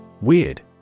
Weird